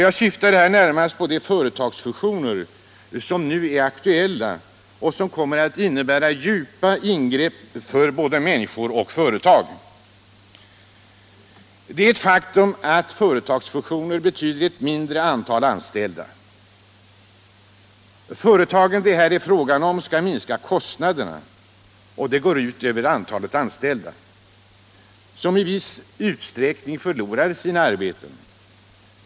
Jag syftar här på de företagsfusioner som nu är aktuella och som kommer att innebära djupa ingrepp för både människor och företag. Det är ett faktum att företagsfusioner betyder ett mindre antal anställda. De företag som det här gäller skall minska kostnaderna, och det går ut över antalet anställda, som i viss utsträckning förlorar sina Nr 131 arbeten.